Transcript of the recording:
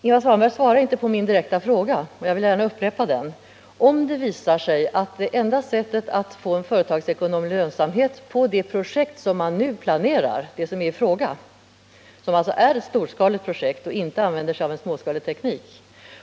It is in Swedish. Ingvar Svanberg svarade inte på min direkta fråga. Jag vill därför upprepa den: Det projekt som man planerar och som nu är i fråga är ett storskaligt projekt som alltså inte använder sig av en småskalig teknik.